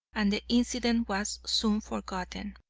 and the incident was soon forgotten.